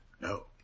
No